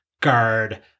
guard